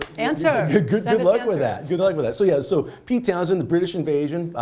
answer. good um luck with that. good luck with that. so yeah, so pete townsend, the british invasion,